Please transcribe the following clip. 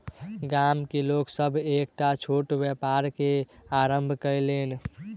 गाम में लोक सभ एकटा छोट व्यापार के आरम्भ कयलैन